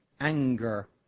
anger